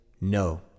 no